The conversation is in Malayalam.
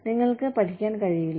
നിങ്ങൾക്ക് പഠിക്കാൻ കഴിയില്ല